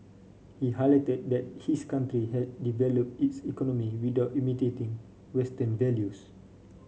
he highlighted that his country had developed its economy without imitating western values